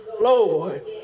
Lord